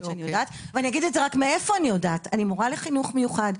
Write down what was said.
אני מורה לחינוך מיוחד,